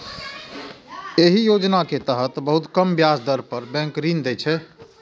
एहि योजना के तहत बहुत कम ब्याज दर पर बैंक ऋण दै छै